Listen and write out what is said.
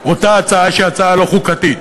אותה הצעה שהיא הצעה לא-חוקתית.